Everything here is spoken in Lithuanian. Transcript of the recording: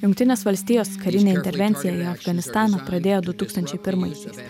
jungtinės valstijos karinę intervenciją į afganistaną pradėjo du tūkstančiai pirmaisiais